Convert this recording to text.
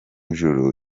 ijuru